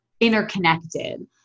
interconnected